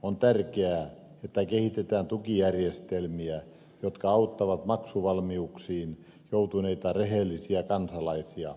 on tärkeää että kehitetään tukijärjestelmiä jotka auttavat maksuvaikeuksiin joutuneita rehellisiä kansalaisia